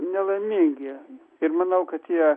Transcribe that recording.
nelaimingi ir manau kad tie